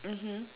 mmhmm